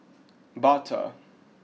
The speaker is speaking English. Bata